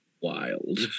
wild